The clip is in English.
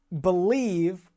believe